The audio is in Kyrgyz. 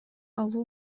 алуу